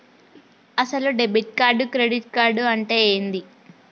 అసలు debit card credit card అంటే ఏంది?